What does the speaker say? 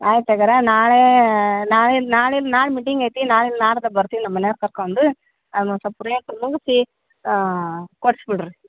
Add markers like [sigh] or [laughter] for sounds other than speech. ಆಯ್ತು ಹಗಾದ್ರೆ ನಾಳೆ ನಾಳಿನ ನಾಳೆನೆ ನಾಳೆ ಮೀಟಿಂಗ್ ಐತಿ ನಾಳೆ ಅಲ್ಲ ನಾಡಿದ್ದೆ ಬರ್ತೀವಿ ನಮ್ಮನೆಯವ್ರು ಕರ್ಕೊಂಡು [unintelligible] ಹಾಂ ಕೊಡ್ಸಿ ಬಿಡಿರಿ